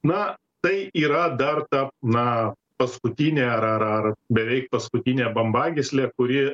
na tai yra dar ta na paskutinė ar ar ar beveik paskutinė bambagyslė kuri